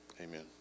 Amen